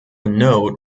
node